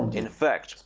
in fact,